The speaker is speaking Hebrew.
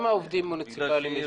כמה עובדים בעירייה?